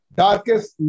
darkest